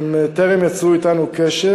הן טרם יצרו אתנו קשר.